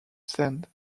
sand